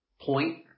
point